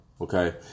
Okay